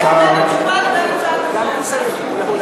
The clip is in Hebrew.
אין קשר בין התשובה להצעת החוק.